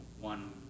one